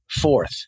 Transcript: fourth